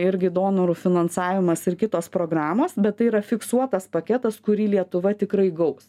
irgi donorų finansavimas ir kitos programos bet tai yra fiksuotas paketas kurį lietuva tikrai gaus